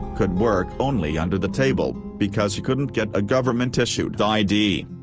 could work only under the table, because he couldn't get a government-issued id.